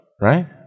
right